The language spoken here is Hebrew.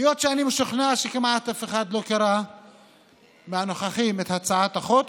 היות שאני משוכנע שכמעט אף אחד מהנוכחים לא קרא את הצעת החוק,